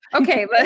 Okay